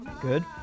Good